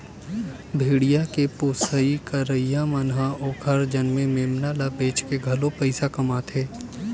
भेड़िया के पोसई करइया मन ह ओखर जनमे मेमना ल बेचके घलो पइसा कमाथे